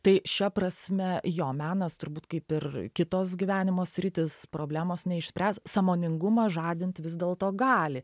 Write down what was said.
tai šia prasme jo menas turbūt kaip ir kitos gyvenimo sritys problemos neišspręs sąmoningumą žadint vis dėlto gali